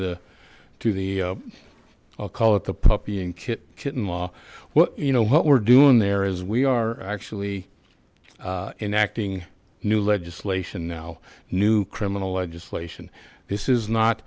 the to the i'll call it the puppy in kit kitten law well you know what we're doing there is we are actually in acting new legislation now new criminal legislation this is not